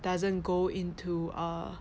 doesn't go into uh